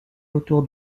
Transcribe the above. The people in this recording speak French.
autour